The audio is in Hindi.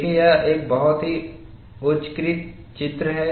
देखें यह एक बहुत ही उच्चीकृत चित्र है